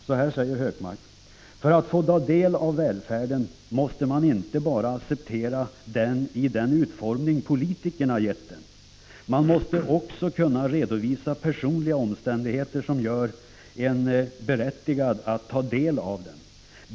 Så här skriver Hökmark: ”För att få ta del av välfärden måste man inte bara acceptera den i den utformning politikerna gett den, man måste också kunna redovisa personliga omständigheter som gör en berättigad att ta del av den.